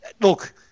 look